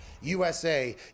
USA